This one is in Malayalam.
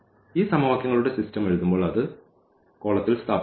ഈ സമവാക്യങ്ങളുടെ സിസ്റ്റം എഴുതുമ്പോൾ അത് കോളത്തിൽ സ്ഥാപിക്കും